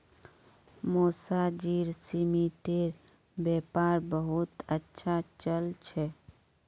मौसाजीर सीमेंटेर व्यापार बहुत अच्छा चल छ